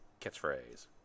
catchphrase